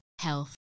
health